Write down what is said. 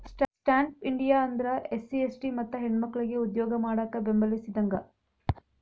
stand up India ಅಂದ್ರ SC ST ಮತ್ತ ಹೆಣ್ಮಕ್ಕಳಿಗೆ ಉದ್ಯೋಗ ಮಾಡಾಕ ಬೆಂಬಲಿಸಿದಂಗ